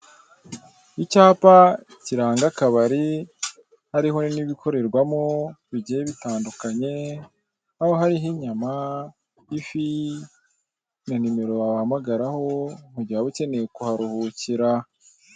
Icyapa kiranga akabari hariho n'ibikorerwamo bigiye bitandukanye haba hariho inyama ifi na nimero wabahamagaraho mu gihe waba ukeneye kuharuhukira .